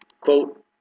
Quote